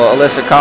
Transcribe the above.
Alyssa